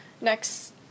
next